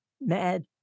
mad